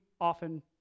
often